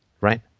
right